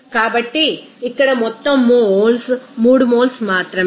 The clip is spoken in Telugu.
కాబట్టి ఇక్కడ మొత్తం మోల్స్ 3 మోల్స్ మాత్రమే